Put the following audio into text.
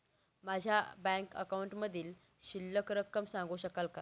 माझ्या बँक अकाउंटमधील शिल्लक रक्कम सांगू शकाल का?